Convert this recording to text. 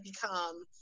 become